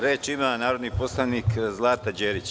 Reč ima narodni poslanik Zlata Đerić.